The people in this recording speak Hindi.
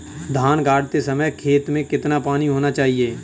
धान गाड़ते समय खेत में कितना पानी होना चाहिए?